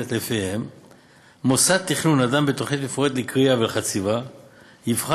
שלפיה מוסד תכנון הדן בתוכנית מפורטת לכרייה ולחציבה יבחן